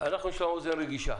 לנו אוזן רגישה